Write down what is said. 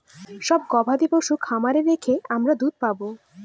সব গবাদি পশু খামারে রেখে আমরা দুধ পাবো